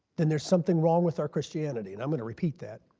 then there something wrong with our christianity. and i'm going to repeat that.